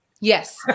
Yes